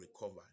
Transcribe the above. Recover